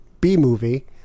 B-movie